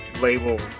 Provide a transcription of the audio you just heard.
label